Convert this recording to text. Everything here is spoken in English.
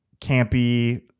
campy